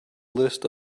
list